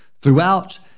throughout